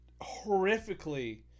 horrifically